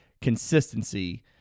consistency